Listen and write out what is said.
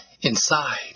inside